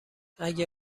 اگه